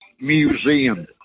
Museum